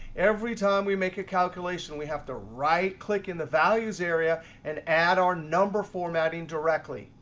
every time we make a calculation, we have to right-click in the values area and add our number formatting directly.